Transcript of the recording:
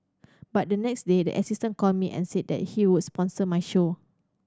but the next day the assistant called me and said that he would sponsor my show